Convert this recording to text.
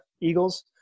Eagles